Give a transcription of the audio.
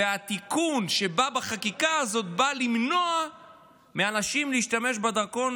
והתיקון שבא בחקיקה הזאת בא למנוע מאנשים להשתמש בדרכון